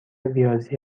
ریاضی